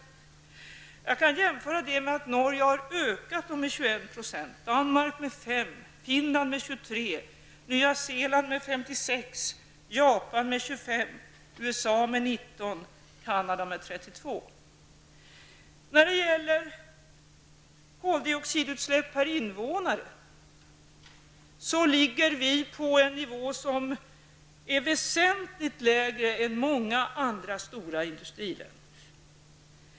Detta kan jämföras med att Norge har ökat sina utsläpp med 21 %, Danmark med 5, Finland med 23, Nya Zeeland med 56, Koldioxidutsläppen per invånare ligger i Sverige på en nivå som är väsentligt lägre än i många andra stora industriländer.